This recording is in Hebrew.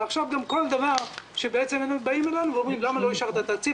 ועכשיו גם על כל דבר באים אלינו ואומרים: למה לא אישרת תקציב?